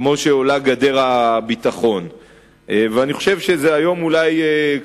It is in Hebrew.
כמו שגדר הביטחון עולה.